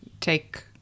take